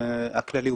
הכללי,